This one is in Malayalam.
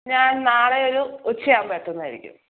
ഞാൻ നാളെ ഒരു ഉച്ച ആകുമ്പോൾ എത്തുന്നതായിരിക്കും